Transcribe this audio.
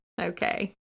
Okay